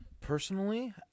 Personally